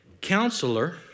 counselor